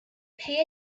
pay